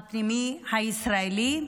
הפנימי, הישראלי,